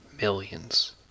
Millions